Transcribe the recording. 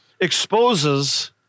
exposes